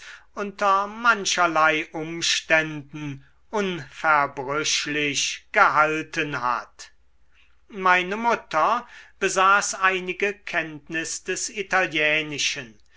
unter mancherlei umständen unverbrüchlich gehalten hat meine mutter besaß einige kenntnis des italienischen